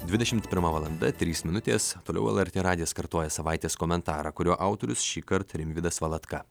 dvidešimt pirma valanda trys minutės toliau lrt radijas kartoja savaitės komentarą kurio autorius šįkart rimvydas valatka